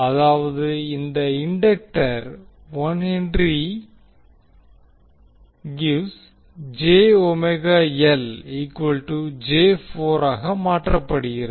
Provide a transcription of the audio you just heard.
அதாவது இந்த இண்டக்டர் ஆக மாற்றப்படுகிறது